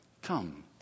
Come